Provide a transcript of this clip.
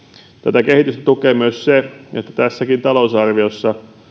tätä kehitystä tukee myös se että tässäkin talousarviossa